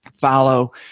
follow